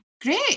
great